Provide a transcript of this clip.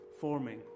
forming